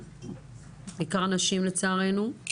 בעיקר נשים לצערנו,